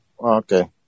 Okay